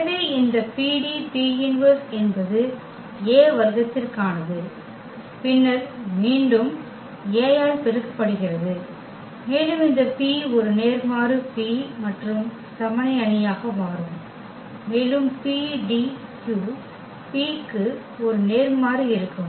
எனவே இந்த PD2P−1 என்பது A வர்க்கத்திற்கானது பின்னர் மீண்டும் A ஆல் பெருக்கப்படுகிறது மேலும் இந்த P ஒரு நேர்மாறு P மீண்டும் சமனி அணியாக மாறும் மேலும் PDQ P க்கு ஒரு நேர்மாறு இருக்கும்